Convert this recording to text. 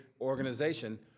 organization